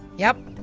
yep.